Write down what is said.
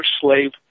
slave